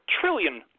trillion